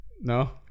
No